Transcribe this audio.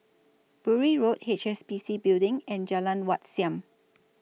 Bury Road H S B C Building and Jalan Wat Siam